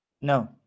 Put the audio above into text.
No